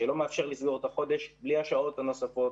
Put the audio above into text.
שלא מאפשר לסגור את החודש בלי השעות הנוספות.